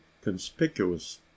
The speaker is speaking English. conspicuous